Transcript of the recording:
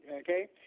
Okay